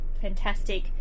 fantastic